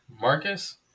Marcus